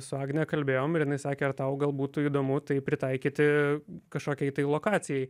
su agne kalbėjom ir jinai sakė tau gal būtų įdomu tai pritaikyti kažkokiai tai lokacijai